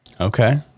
Okay